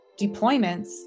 deployments